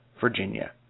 virginia